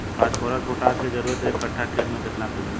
Phosphorus potash के जरूरत एक कट्ठा खेत मे केतना पड़ी?